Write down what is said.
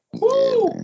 Woo